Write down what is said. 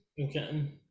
Okay